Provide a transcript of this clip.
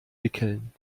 wickeln